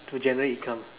to generate income